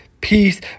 peace